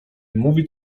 mówi